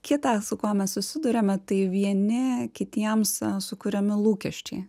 kitą su kuo mes susiduriame tai vieni kitiems sukuriami lūkesčiai